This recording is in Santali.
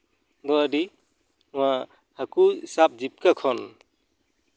ᱫᱚ ᱟᱹᱰᱤ ᱱᱚᱣᱟ ᱦᱟᱹᱠᱩ ᱥᱟᱵ ᱡᱤᱵᱽᱠᱟᱹ ᱠᱷᱚᱱ